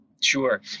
Sure